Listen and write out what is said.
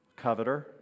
Coveter